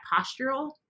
postural